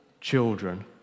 children